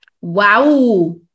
Wow